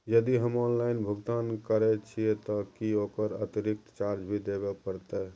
यदि हम ऑनलाइन भुगतान करे छिये त की ओकर अतिरिक्त चार्ज भी देबे परतै?